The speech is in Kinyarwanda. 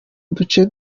duce